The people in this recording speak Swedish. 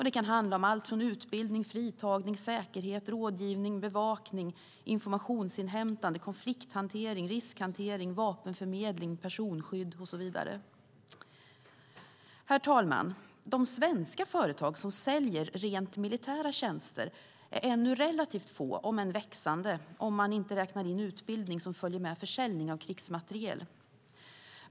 Det kan handla om alltifrån utbildning till fritagning, säkerhet, rådgivning, bevakning, informationsinhämtande, konflikthantering, riskhantering, vapenförmedling, personskydd och så vidare. Herr talman! De svenska företag som säljer rent militära tjänster är ännu relativt få, om än växande, om man inte räknar in utbildning som följer med försäljning av krigsmateriel.